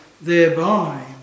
thereby